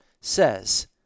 says